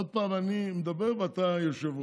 עוד פעם אני מדבר ואתה יושב-ראש.